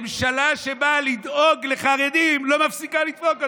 ממשלה שבאה לדאוג לחרדים לא מפסיקה לדפוק אותם,